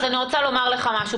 אני רוצה לומר לך משהו,